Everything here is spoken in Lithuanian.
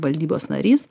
valdybos narys